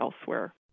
elsewhere